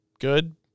good